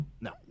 No